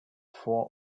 vor